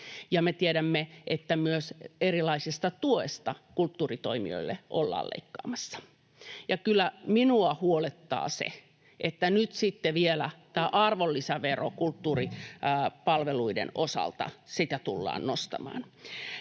me tiedämme, että myös erilaisesta tuesta kulttuuritoimijoille ollaan leikkaamassa. Kyllä minua huolettaa se, että nyt sitten vielä tätä arvonlisäveroa kulttuuripalveluiden osalta tullaan nostamaan.